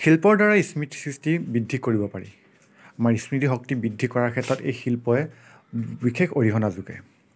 শিল্পৰ দ্বাৰা স্মৃতি সৃষ্টি বৃদ্ধি কৰিব পাৰি আমাৰ স্মৃতিশক্তি বৃদ্ধি কৰাৰ ক্ষেত্ৰত এই শিল্পই বিশেষ অৰিহণা যোগায়